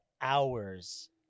hours